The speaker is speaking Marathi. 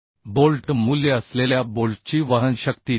बोल्ट मूल्य असलेल्या बोल्टची वहन शक्ती 2